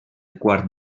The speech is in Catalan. quart